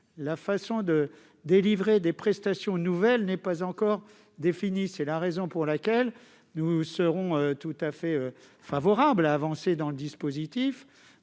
La manière de délivrer des prestations nouvelles n'est pas encore définie. C'est la raison pour laquelle nous sommes tout à fait favorables à l'avancement du dispositif,